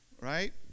right